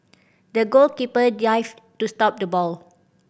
the goalkeeper dived to stop the ball